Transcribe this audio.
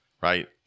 Right